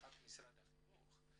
תחת משרד החינוך.